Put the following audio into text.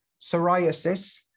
psoriasis